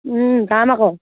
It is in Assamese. দাম আকৌ